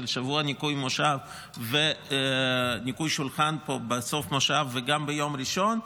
ניקוי מושב וניקוי שולחן בסוף מושב וגם ביום ראשון,